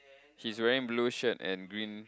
he's wearing blue shirt and green